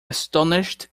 astonished